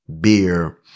beer